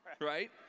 right